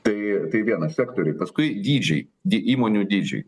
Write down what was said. tai tai viena sektoriai paskui dydžiai dy įmonių dydžiai